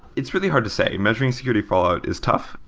it's really hard to say. measuring security fallout is tough.